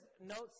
notes